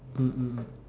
mm mm